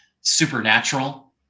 supernatural